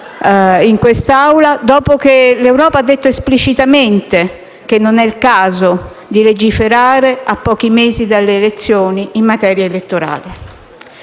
in questa Assemblea dopo che l'Europa ha detto esplicitamente che non è il caso di legiferare a pochi mesi dalle elezioni in materia elettorale.